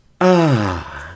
Ah